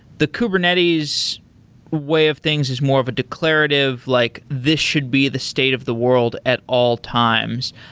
the kubernetes way of things is more of a declarative, like this should be the state of the world at all times.